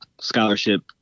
scholarship